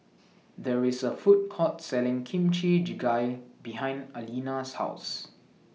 There IS A Food Court Selling Kimchi Jjigae behind Aleena's House